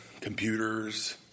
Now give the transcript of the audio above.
Computers